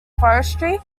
forestry